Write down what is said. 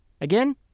Again